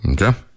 Okay